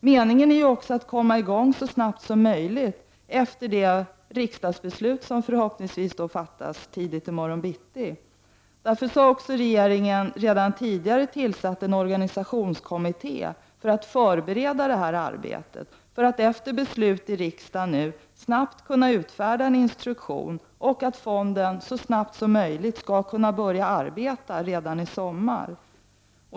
Meningen är också att arbetet skall komma i gång så snabbt som möjligt efter det riksdagsbeslut som förhoppningsvis kommer att fattas tidigt i morgon. Därför har regeringen redan tillsatt en organisationskommitté, som skall förbereda arbetet, så att vi så snabbt som möjligt efter riksdagsbeslutet kan utfärda en instruktion och så att fonden skall kunna börja arbeta redan i sommar.